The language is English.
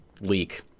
leak